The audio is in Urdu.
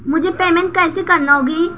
مجھے پیمنٹ کیسے کرنا ہوگی